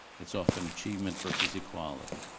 it's often achievement versus equality.